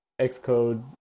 Xcode